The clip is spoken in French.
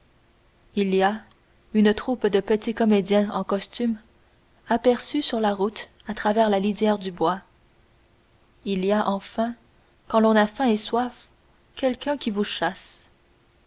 il y a une troupe de petits comédiens en costumes aperçus sur la route à travers la lisière du bois il y a enfin quand l'on a faim et soif quelqu'un qui vous chasse